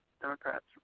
Democrats